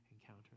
encounter